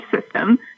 system